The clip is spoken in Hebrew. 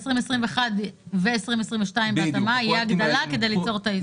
ב-2021 וב-2022 בהתאמה תהיה הגדלה כדי ליצור את האיזון.